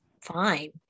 fine